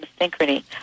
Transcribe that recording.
synchrony